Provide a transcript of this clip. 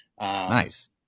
nice